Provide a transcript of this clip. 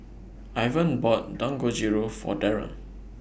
Ivan bought Dangojiru For Darron